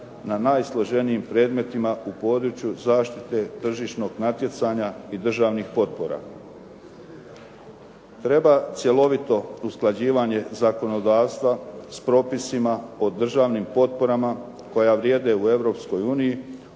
na najsloženijim predmetima u području zaštite tržišnog natjecanja i državnih potpora. Treba cjelovito usklađivanje zakonodavstva s propisima o državnim potporama koja vrijede u